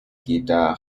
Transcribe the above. guitar